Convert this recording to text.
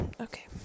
Okay